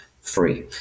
free